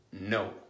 No